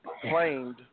claimed